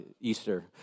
Easter